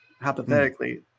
hypothetically